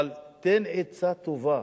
אבל תן עצה טובה